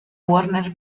warner